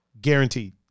guaranteed